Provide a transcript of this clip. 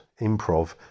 improv